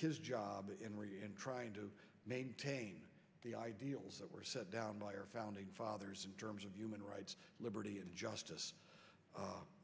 his job in trying to maintain the ideals that were set down by our founding fathers in terms of human rights liberty and justice